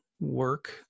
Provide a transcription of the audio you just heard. work